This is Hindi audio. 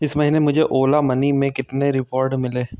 इस महीने मुझे ओला मनी में कितने रिवॉर्ड मिले है